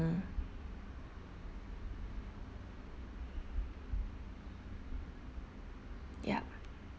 mm ya